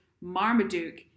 marmaduke